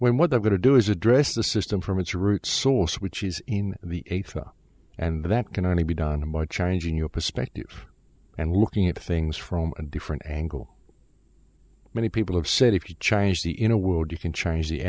when what they're going to do is address the system from its root source which is in the eighth and that can only be done a much change in your perspective and looking at things from a different angle many people have said if you change the in a world you can change the